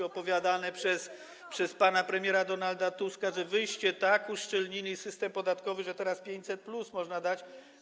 opowiadane przez pana premiera Donalda Tuska, że wyście tak uszczelnili system podatkowy, że teraz 500+ można dać.